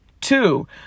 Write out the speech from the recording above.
Two